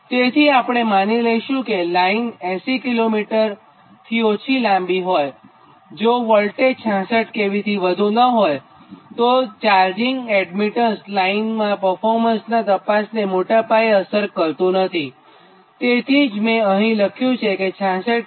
તેથી આપણે માની લઈશું કે લાઇન 80 કિલોમીટરથી ઓછી લાંબી હોય અથવા જો વોલ્ટેજ 66kV થી વધુ ન હોય તો તો ચાર્જિંગ એડમિટન્સ લાઈનનાં પરફોર્મન્સનાં તપાસને મોટા પાયે અસર કરતું નથી તેથી જ મેં અહીં લખ્યું છે કે 66 કે